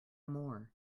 more